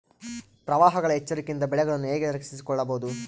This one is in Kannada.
ಪ್ರವಾಹಗಳ ಎಚ್ಚರಿಕೆಯಿಂದ ಬೆಳೆಗಳನ್ನು ಹೇಗೆ ರಕ್ಷಿಸಿಕೊಳ್ಳಬಹುದು?